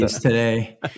today